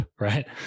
right